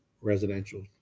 residential